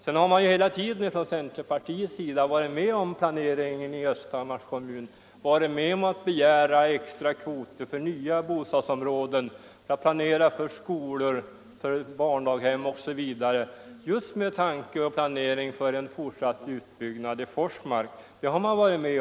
Sedan har centerpartiet hela tiden varit med om planeringen i kommunen. Man har begärt extra kvoter för nya bostadsområden, man har planerat för skolor, barndaghem osv. just med tanke på en fortsatt utbyggnad i Forsmark.